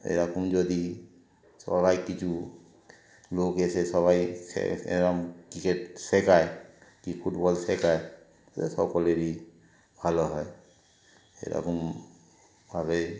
এরকম যদি সবাই কিছু লোক এসে সবাই এরকম ক্রিকেট শেখায় কি ফুটবল শেখায় ত সকলেরই ভালো হয় এরকমভাবে